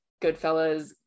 Goodfellas